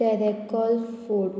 Terekhol fort